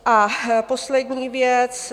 A poslední věc.